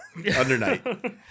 Undernight